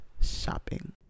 shopping